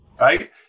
right